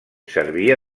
servia